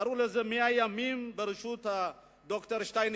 קראו לזה תוכנית 100 הימים, בראשות ד"ר שטייניץ.